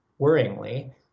worryingly